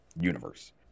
universe